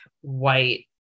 white